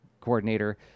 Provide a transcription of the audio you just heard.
coordinator